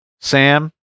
Sam